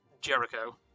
Jericho